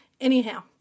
Anyhow